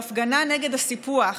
בהפגנה נגד הסיפוח,